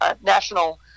national